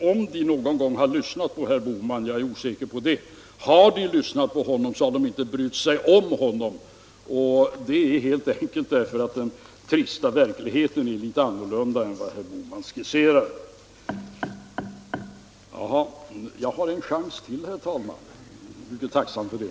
Om de någon gång har lyssnat på herr Bohman -— jag är osäker på det — så har de inte brytt sig om honom, och det är helt enkelt därför att den trista verkligheten är litet annorlunda än vad herr Bohman skisserar. Ja, jag har ju ytterligare en chans att yttra mig, herr talman, och jag är mycket tacksam för det.